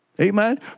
Amen